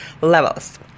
levels